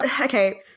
Okay